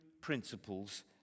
principles